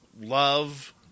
Love